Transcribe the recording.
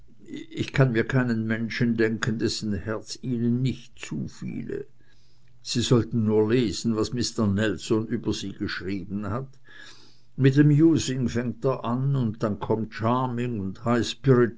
ich kann mir keinen menschen denken dessen herz ihnen nicht zufiele sie sollten nur lesen was mister nelson über sie geschrieben hat mit amusing fängt er an und dann kommt charming und